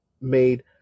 made